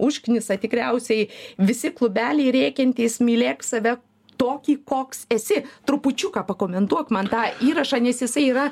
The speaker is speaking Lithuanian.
užknisa tikriausiai visi klubeliai rėkiantys mylėk save tokį koks esi trupučiuką pakomentuok man tą įrašą nes jisai yra